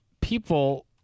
people